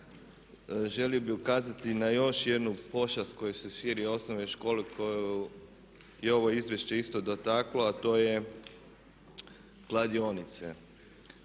Želio bih ukazati na još jednu pošast koja se širi u osnovnoj školi koju je ovo izvješće isto dotaklo, a to je kladionice.